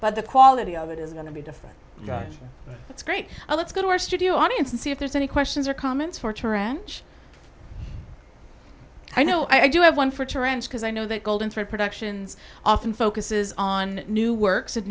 but the quality of it is going to be different that's great and let's go to our studio audience and see if there's any questions or comments for trench i know i do have one for because i know that golden thread productions often focuses on new works a